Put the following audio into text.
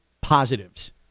positives